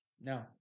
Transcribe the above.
No